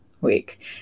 week